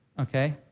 Okay